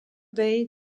day